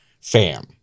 fam